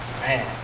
man